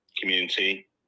community